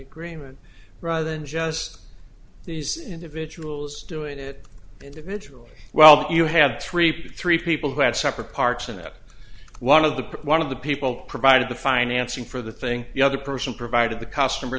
agreement rather than just these individuals doing it individually well you had three three people who had separate parts in it one of the one of the people provided the financing for the thing the other person provided the customer